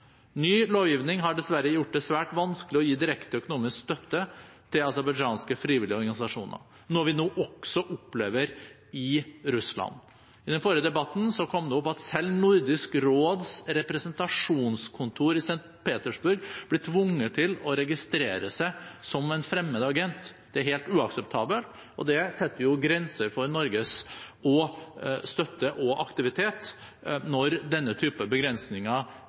Ny lovgivning har dessverre gjort det svært vanskelig å gi direkte økonomisk støtte til aserbajdsjanske frivillige organisasjoner, noe vi nå også opplever i Russland. I den forrige debatten kom det opp at selv Nordisk råds representasjonskontor i St. Petersburg blir tvunget til å registrere seg som en fremmed agent. Det er helt uakseptabelt. Det setter grenser for Norges støtte og aktivitet når denne type begrensninger